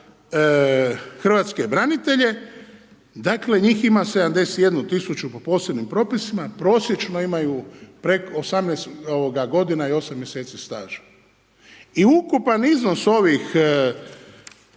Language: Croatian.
hrvatske branitelje, dakle njih ima 71 000 po posebnim propisima, prosječno imaju preko 18 g. i 8 mj. staža i ukupan iznos ovih